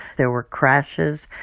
there were crashes.